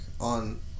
on